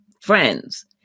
friends